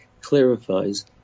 clarifies